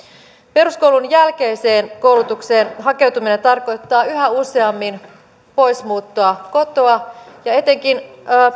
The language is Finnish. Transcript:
peruskoulun jälkeiseen koulutukseen hakeutuminen tarkoittaa yhä useammin muuttoa pois kotoa ja etenkin